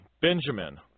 Benjamin